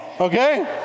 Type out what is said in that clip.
okay